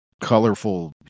colorful